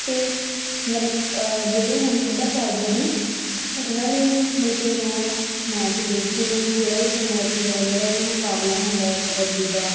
ਅਤੇ ਮਤਲਬ ਜਿਹੜੀ ਹੁਣ ਖੇਡਾਂ ਚੱਲਦੀਆਂ ਨੇ ਉਹਨਾਂ ਲਈ ਮਤਲਬ ਕਿ ਮੈਂ ਮੈਚ ਦੇਖਦੀ ਹਾਂ ਜਿਹੜਾ ਵੀ ਉੱਥੇ ਮੈਚ ਹੁੰਦਾ ਜਿਹੜਾ ਵੀ ਮੁਕਾਬਲਾ ਹੁੰਦਾ ਆ ਕਬੱਡੀ ਦਾ